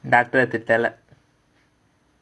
தெரில:therila